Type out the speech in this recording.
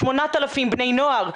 8,000 בני נוער,